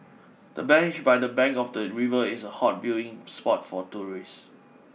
the bench by the bank of the river is a hot viewing spot for tourists